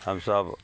हमसभ